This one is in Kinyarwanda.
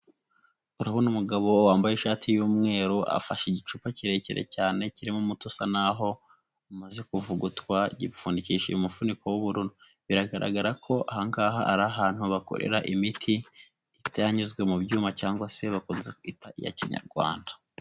Urabona umugabo wambaye ishati y'umweru, afashe igicupa kirekire cyane kirimo umuti usa naho umaze kuvugutwa, gipfundikishije mufuniko w'ubururu. Biragaragara ko aha ngaha ari ahantu bakorera imiti itaranyuzwe mu byuma cyangwa se bakunze kwita iya kinyarwanda.